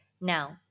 Now